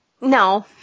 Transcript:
no